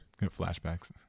Flashbacks